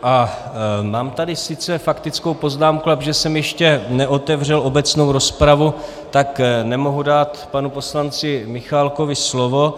A mám tady sice faktickou poznámku, ale protože jsem ještě neotevřel obecnou rozpravu, tak nemohu dát panu poslanci Michálkovi slovo.